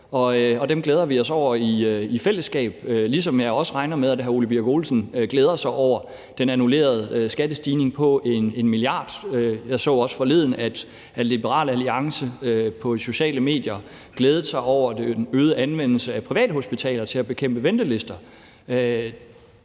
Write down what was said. og dem glæder vi os over i fællesskab, ligesom jeg også regner med, at hr. Ole Birk Olesen glæder sig over den annullerede skattestigning på 1 mia. kr. Jeg så også forleden, at Liberal Alliance på sociale medier glædede sig over den øgede anvendelse af privathospitaler til at bekæmpe ventelister.